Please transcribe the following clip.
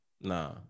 Nah